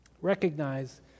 Recognize